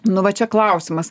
nu va čia klausimas